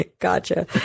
gotcha